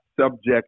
subject